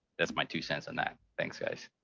that's my two cents on that. thanks guys.